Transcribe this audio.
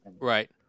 right